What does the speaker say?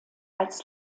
als